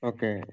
Okay